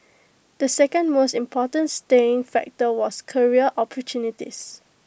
the second most important staying factor was career opportunities